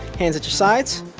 hands at your side.